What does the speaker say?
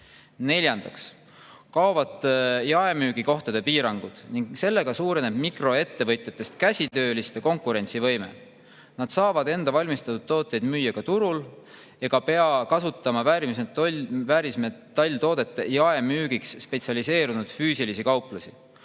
Neljandaks kaovad jaemüügikohtade piirangud ning sellega suureneb mikroettevõtjatest käsitööliste konkurentsivõime. Nad saavad enda valmistatud tooteid müüa ka turul ega pea kasutama väärismetalltoodete jaemüügiks spetsialiseerunud füüsilisi kauplusi.